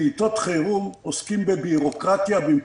האם הבעיה הזאת עומדת בפני פתרון?